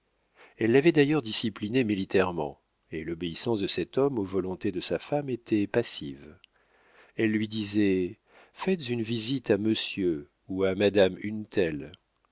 elle l'avait d'ailleurs discipliné militairement et l'obéissance de cet homme aux volontés de sa femme était passive elle lui disait faites une visite à monsieur ou à madame